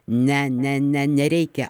ne ne ne nereikia